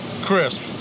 Chris